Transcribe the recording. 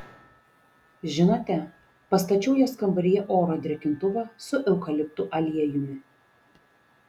žinote pastačiau jos kambaryje oro drėkintuvą su eukaliptų aliejumi